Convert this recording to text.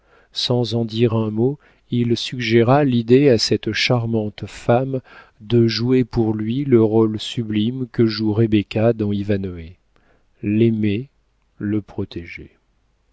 sans en dire un mot il suggéra l'idée à cette charmante femme de jouer pour lui le rôle sublime que joue rebecca dans ivanhoë l'aimer le protéger